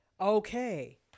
Okay